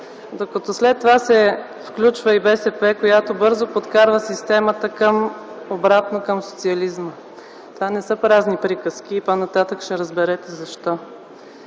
докато след това се включва и БСП, която бързо подкарва системата обратно към социализма. Това не са празни приказки – по-нататък ще разберете защо.